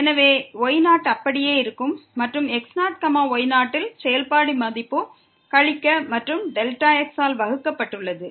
எனவே y0 அப்படியே இருக்கும் மற்றும் x0y0 ல் செயல்பாடு மதிப்பு கழிக்க மற்றும் Δx ஆல் வகுக்கப்பட்டுள்ளது